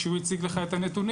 כשהוא הציג לך את הנתונים,